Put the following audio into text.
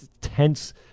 tense